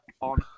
on